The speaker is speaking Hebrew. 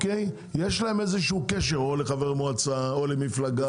יש להם איזשהו קשר או לחבר מועצה או למפלגה.